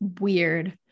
weird